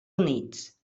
units